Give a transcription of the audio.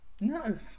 no